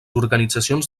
organitzacions